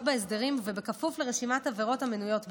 בהסדרים ובכפוף לרשימת עבירות המנויות בהם.